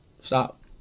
Stop